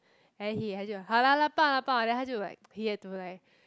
then he 好啦抱抱啦他就 he had to like